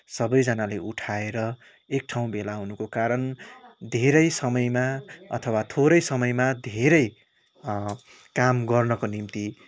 सबैजनाले उठाएर एक ठाउँ भेला हुनुको कारण धेरै समयमा अथवा थोरै समयमा धेरै काम गर्नको निम्ति